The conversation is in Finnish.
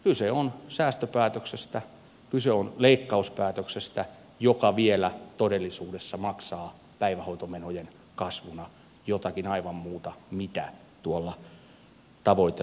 kyse on säästöpäätöksestä kyse on leikkauspäätöksestä joka vielä todellisuudessa maksaa päivähoitomenojen kasvuna jotakin aivan muuta kuin mitä tuolla ratkaisulla tavoitellaan